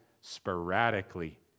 sporadically